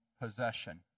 possession